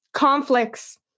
conflicts